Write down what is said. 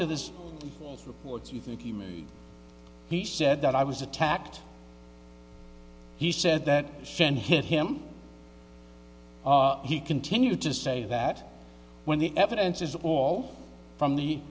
you think he said that i was attacked he said that shin hit him he continued to say that when the evidence is all from the